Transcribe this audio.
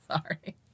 Sorry